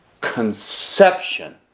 conception